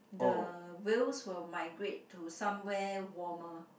the whales will migrate to somewhere warmer